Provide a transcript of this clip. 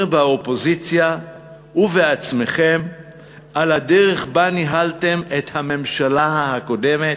באופוזיציה ובעצמכם על הדרך שבה ניהלתם את הממשלה הקודמת,